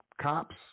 cops